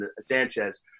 Sanchez